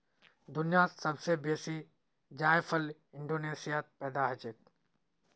दुनियात सब स बेसी जायफल इंडोनेशियात पैदा हछेक